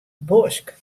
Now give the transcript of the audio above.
bosk